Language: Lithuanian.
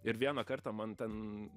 ir vieną kartą man ten